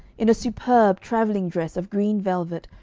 in a superb travelling-dress of green velvet,